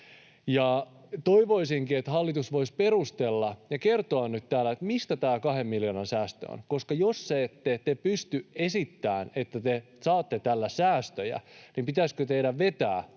Toivoisinkin, että hallitus voisi perustella ja kertoa nyt täällä, mistä tämä kahden miljoonan säästö on, koska te ette pysty esittämään, että te saatte tällä säästöjä, niin pitäisikö teidän vetää tämä